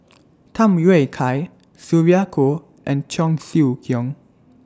Tham Yui Kai Sylvia Kho and Cheong Siew Keong